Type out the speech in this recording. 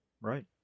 Right